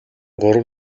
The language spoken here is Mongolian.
гурав